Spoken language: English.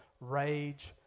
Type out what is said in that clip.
rage